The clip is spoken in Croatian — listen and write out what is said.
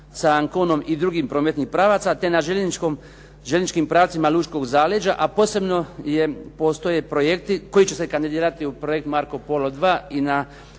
sa Anconom i drugih prometnih pravaca te na željezničkim pravcima lučkog zaleđa, a posebno postoje projekti koji će se kandidirati u projekt "Marco Polo II" i na